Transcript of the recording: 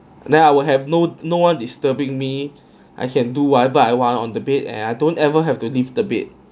then I will have no no one disturbing me I can do whatever I want on the bed and I don't ever have to leave the bed